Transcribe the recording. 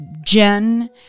Jen